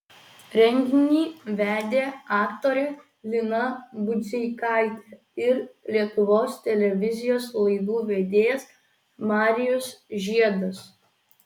renginį vedė aktorė lina budzeikaitė ir lietuvos televizijos laidų vedėjas marijus žiedas